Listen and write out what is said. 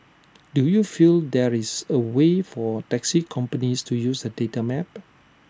do you feel there is A way for taxi companies to use that data map